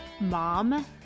mom